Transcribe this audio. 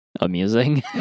amusing